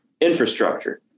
infrastructure